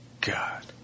God